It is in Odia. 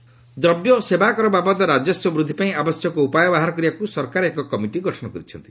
ଗଭ୍ କିଏସ୍ଟି ଦ୍ରବ୍ୟ ଓ ସେବା କର ବାବଦ ରାଜସ୍ୱ ବୃଦ୍ଧି ପାଇଁ ଆବଶ୍ୟକ ଉପାୟ ବାହାର କରିବାକୁ ସରକାର ଏକ କମିଟି ଗଠନ କରିଛନ୍ତି